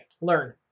Learn